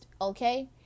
okay